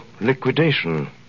liquidation